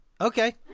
Okay